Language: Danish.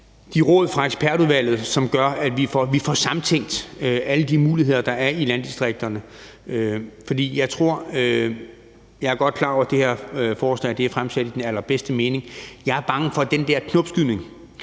de råd fra ekspertudvalget, så vi får samtænkt alle de muligheder, der er i landdistrikterne. Jeg er godt klar over, at det her forslag er fremsat i den allerbedste mening, men jeg er bange for den der knopskydning,